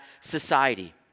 society